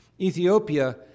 Ethiopia